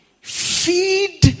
Feed